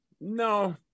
No